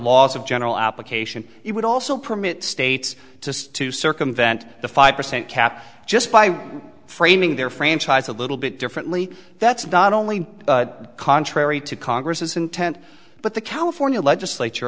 laws of general application it would also permit states to circumvent the five percent cap just by framing their franchise a little bit differently that's not only contrary to congress intent but the california legislature